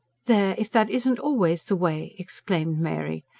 there. if that isn't always the way! exclaimed mary.